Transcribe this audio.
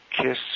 KISS